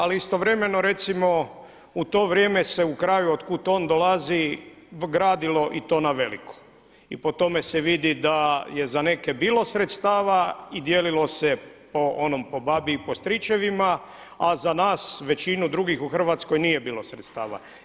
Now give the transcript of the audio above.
Ali istovremeno recimo u to vrijeme se u kraju od kud on dolazi gradilo i to naveliko i po tome se vidi da je za neke bilo sredstava i dijelilo se po onom po babi i po stričevima, a za nas većinu drugih u Hrvatskoj nije bilo sredstava.